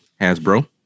Hasbro